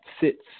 sits